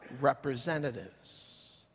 representatives